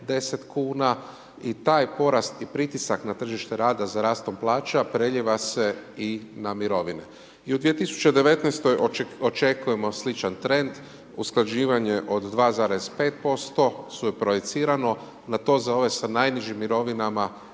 710 kn i taj porast i pritisak na tržište rada za rastom plaća preljeva se i na mirovine. I u 2019. očekujemo sličan trend, usklađivanje od 2,5% suproicirano, na to za ove sa najnižim mirovinama